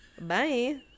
Bye